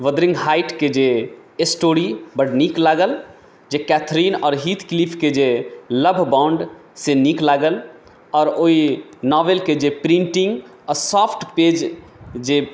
वोदरिङ्ग हाइटके जे स्टोरी बड नीक लागल जे कैथ्रीन आओर हितक्लीफके जे लव बॉण्ड से नीक लागल आओर ओहि नोवेलके जे प्रिंटिङ्ग आ सॉफ़्ट पेज जे